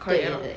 对对对